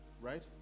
right